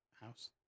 house